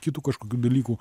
kitų kažkokių dalykų